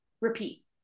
repeat